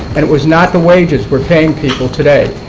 and it was not the wages we are paying people today.